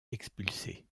expulsé